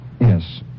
Yes